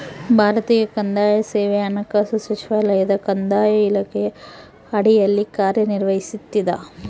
ಭಾರತೀಯ ಕಂದಾಯ ಸೇವೆ ಹಣಕಾಸು ಸಚಿವಾಲಯದ ಕಂದಾಯ ಇಲಾಖೆಯ ಅಡಿಯಲ್ಲಿ ಕಾರ್ಯನಿರ್ವಹಿಸ್ತದ